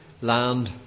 land